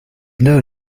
know